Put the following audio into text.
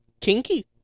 Kinky